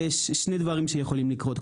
יש שני דברים שיכולים לקרות.